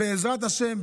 בעזרת השם,